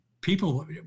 people